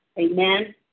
Amen